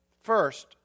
first